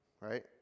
Right